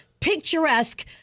picturesque